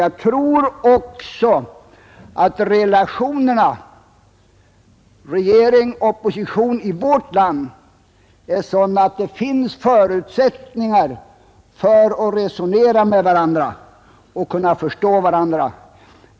Jag tror också att relationerna mellan regering och opposition i vårt land är sådana att det finns förutsättningar för dem att kunna resonera med varandra och förstå varandra.